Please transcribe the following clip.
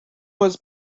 was